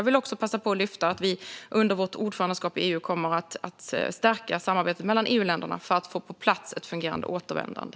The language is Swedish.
Jag vill passa på att lyfta fram att vi under vårt ordförandeskap i EU kommer att stärka samarbetet mellan EU-länderna för att få på plats ett fungerande återvändande.